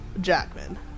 Jackman